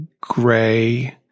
gray